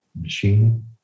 Machine